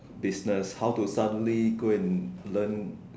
business how to study go and learn